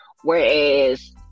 Whereas